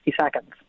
Seconds